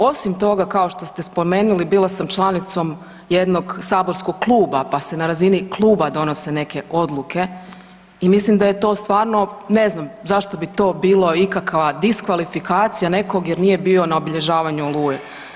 Osim toga kao što ste spomenuli bila sam članicom jednog saborskog kluba pa se na razini kluba donose neke odluke i mislim da je to stvarno, ne znam zašto bi to bila ikakva diskvalifikacija nekog jer nije bio na obilježavanju Oluje.